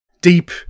deep